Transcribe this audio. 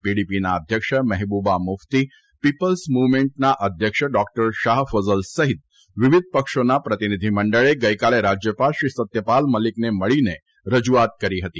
પીડીપીના અધ્યક્ષ મહેબૂબા મુફતી પીપ્લસ મુવમેન્ટના અધ્યક્ષ ડોકટર શાહ ફજલ સહિત વિવિધ પક્ષોના પ્રતિનિધિમંડળે ગઇકાલે રાજયપાલશ્રી સત્યપાલ મલિકને મળીને રજૂઆત કરી હતી